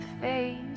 face